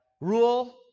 rule